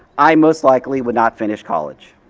i most likely would not finish college.